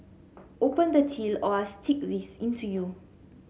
open the till or I'll stick this into you